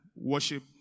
worship